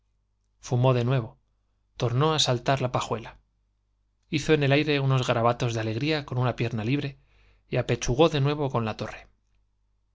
fumó de nuevo tornó á saltar la pajuela hizo en el aire unos garabatos de alegría con una pierna libre y apechugó de nuevo con la torre